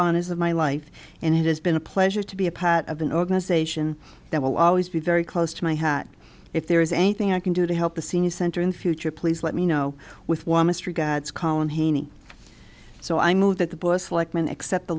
on his of my life and it has been a pleasure to be a part of an organization that will always be very close to my hat if there is anything i can do to help the senior center in future please let me know with warmest regards collin haney so i move that the boys like men accept the